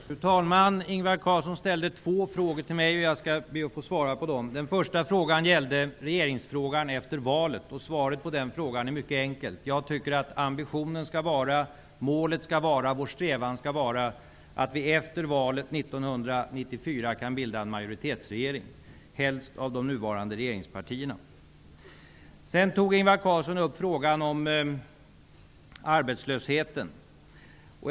Fru talman! Ingvar Carlsson ställde två frågor till mig, och jag skall be att få svara på dem. Den första gällde regeringen efter valet, och svaret på den är mycket enkelt: Jag tycker att ambitionen, målet, vår strävan skall vara att vi efter valet 1994 skall kunna bilda en majoritetsregering, helst av de nuvarande regeringspartierna. Sedan tog Ingvar Carlsson upp frågan om arbetslösheten.